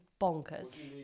bonkers